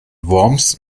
worms